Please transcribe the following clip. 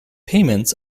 payments